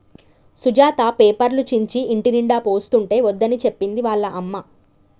సుజాత పేపర్లు చించి ఇంటినిండా పోస్తుంటే వద్దని చెప్పింది వాళ్ళ అమ్మ